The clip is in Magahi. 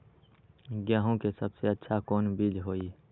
गेंहू के सबसे अच्छा कौन बीज होई?